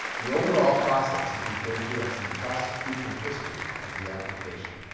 the overall process is referred to as the prosecution history of the application.